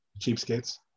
Cheapskates